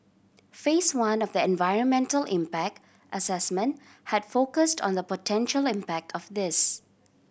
Phase One of the environmental impact assessment had focused on the potential impact of this